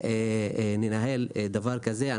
ננהל דבר כזה,